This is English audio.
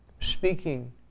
speaking